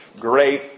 great